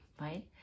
right